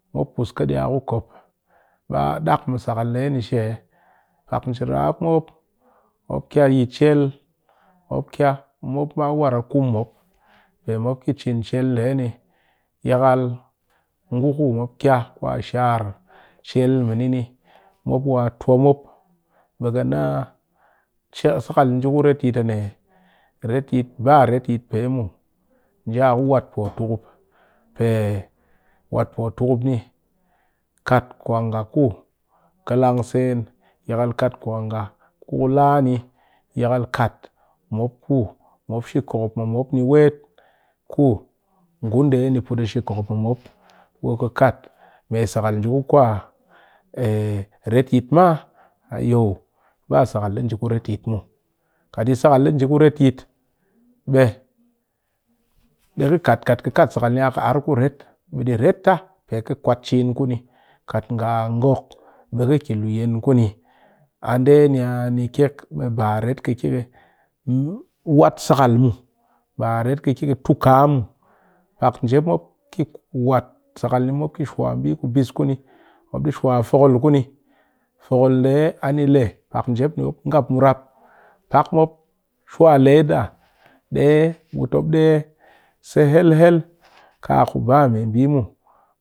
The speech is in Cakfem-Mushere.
Mop pus ka di ku kop ba dak mɨ sakal nde she pak njerap mop kya yi chel mop kya bi mop ba war a kom mop pe mop ki cin chel nde yakal ngu ku mop kya kwa shar chel mɨ ni mop wa tuwa mop be ka naa sakal ni nje ku retyit na ne ba retyit pe muw nje a ku wat putukup pe wat putukup ni kat kwa nga ku kalang sen yakal kat kwa nga ku ka laa ni yakal kat mop ku mop shi kokop mɨ mop ni wet ku kat me sakal nje ku retyit maa hoyo kat yi sakal ni nji ku retyit kat ka kat sakal ni ar kuret ba ret ka ki suwa fokol kuni fokol nde ani le pak mop mwan murap kuni.